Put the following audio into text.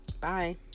Bye